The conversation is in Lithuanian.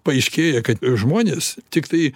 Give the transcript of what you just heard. paaiškėja kad žmonės tiktai